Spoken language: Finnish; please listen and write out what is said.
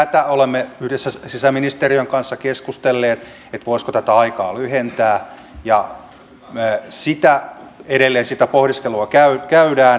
tästä olemme yhdessä sisäministeriön kanssa keskustelleet voisiko tätä aikaa lyhentää ja edelleen sitä pohdiskelua käydään